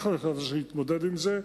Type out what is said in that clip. אנחנו החלטנו שנתמודד עם זה,